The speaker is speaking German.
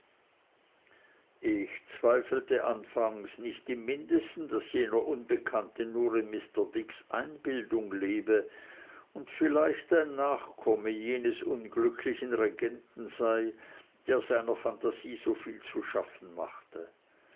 ich zweifelte anfangs nicht im mindesten daß jener unbekannte nur in mr dicks einbildung lebe und vielleicht ein nachkomme jenes unglücklichen regenten sei der seiner phantasie so viel zu schaffen machte